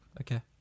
okay